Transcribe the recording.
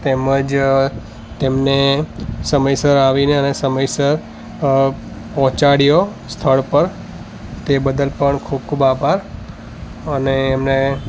તેમજ તેમણે સમયસર આવીને અને સમયસર અ પહોંચાડ્યો સ્થળ પર તે બદલ પણ ખૂબ ખૂબ આભાર અને એને